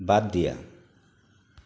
বাদ দিয়া